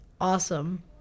Awesome